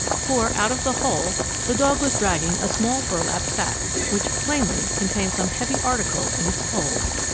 for out of the hole the dog was dragging a small burlap sack which plainly contained some heavy article in its folds!